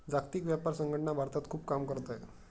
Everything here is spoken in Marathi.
जागतिक व्यापार संघटना भारतात खूप काम करत आहे